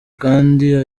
kandi